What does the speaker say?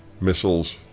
missiles